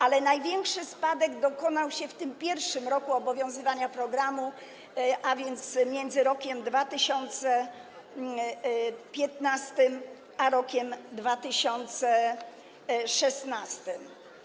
Ale największy spadek dokonał się w tym pierwszym roku obowiązywania programu, a więc między rokiem 2015 a rokiem 2016.